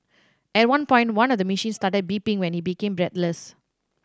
at one point one of the machines started beeping when he became breathless